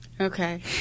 Okay